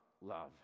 love